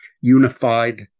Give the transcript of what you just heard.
unified